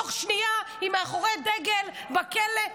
תוך שנייה היא מאחורי דגל בכלא.